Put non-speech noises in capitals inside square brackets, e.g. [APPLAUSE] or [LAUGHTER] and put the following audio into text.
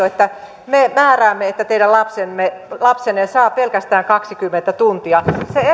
[UNINTELLIGIBLE] että me määräämme että teidän lapsenne saa pelkästään kaksikymmentä tuntia se